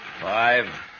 five